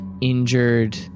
injured